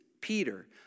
Peter